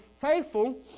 faithful